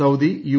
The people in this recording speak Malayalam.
Saudi U